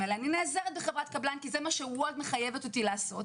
אני נעזרת בחברת קבלן כי זה מה שוולט מחייבת אותי לעשות.